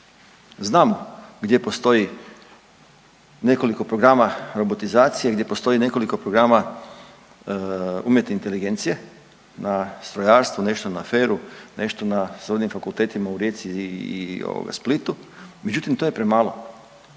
Znam gdje postoji nekoliko programa robotizacije, gdje postoji nekoliko programa umjetne inteligencije na strojarstvu, nešto na FER-u, nešto na srodnim fakultetima u Rijeci i ovoga Splitu, međutim to je premalo.